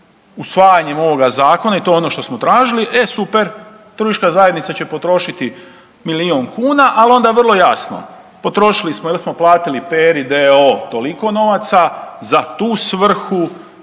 usvajanjem ovog zakona i to je ono što smo tražili, e super, turistička zajednica će potrošiti milijun kuna ali onda vrlo jasno, potrošili smo ili smo platili Peri d.o.o. toliko novaca, za tu svrhu,